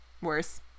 Worse